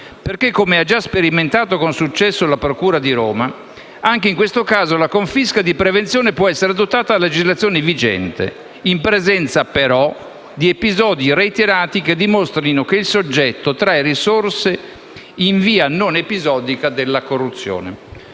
perché, come ha già sperimentato con successo la procura di Roma, anche in questo caso la confisca di prevenzione può essere adottata a legislazione vigente, in presenza, però, di episodi reiterati che dimostrino che il soggetto trae risorse in via non episodica dalla corruzione».